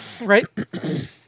Right